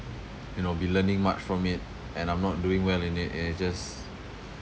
you know be learning much from it and I'm not doing well in it it it just